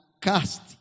cast